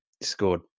scored